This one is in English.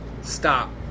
stop